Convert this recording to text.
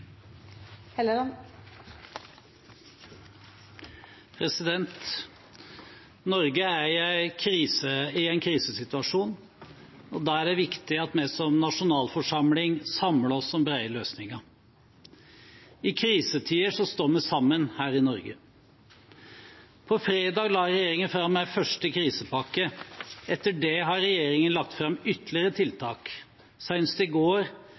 det viktig at vi som nasjonalforsamling samler oss om brede løsninger. I krisetider står vi sammen her i Norge. På fredag la regjeringen fram en første krisepakke. Etter det har regjeringen lagt fram ytterligere tiltak, senest i går